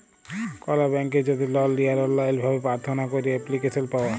call ব্যাংকে যদি লল লিয়ার অললাইল ভাবে পার্থনা ক্যইরে এপ্লিক্যাসল পাউয়া